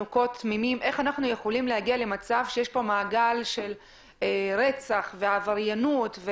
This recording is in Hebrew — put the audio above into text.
תמימים, איך הגענו למצב של מעגל של רצח ועבריינות.